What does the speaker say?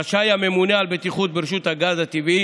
רשאי הממונה על הבטיחות ברשות הגז הטבעי